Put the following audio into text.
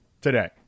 today